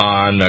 on